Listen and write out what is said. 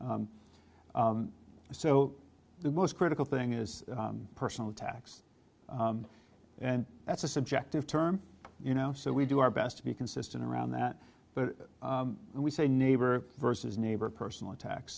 so the most critical thing is personal attacks and that's a subjective term you know so we do our best to be consistent around that but when we say neighbor versus neighbor a personal attack